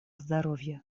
здоровья